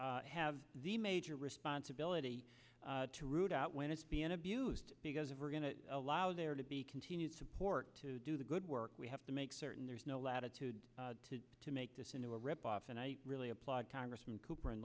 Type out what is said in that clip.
ops have the major responsibility to root out when it's being abused because if we're going to allow there to be continued support to do the good work we have to make certain there's no latitude to make this into a rip off and i really applaud congressman cooper and